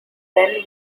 then